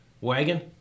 wagon